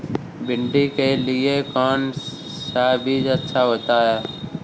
भिंडी के लिए कौन सा बीज अच्छा होता है?